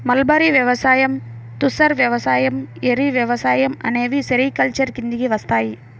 mulberry వ్యవసాయం, తుసర్ వ్యవసాయం, ఏరి వ్యవసాయం అనేవి సెరికల్చర్ కిందికి వస్తాయి